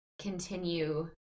continue